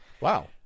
Wow